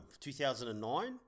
2009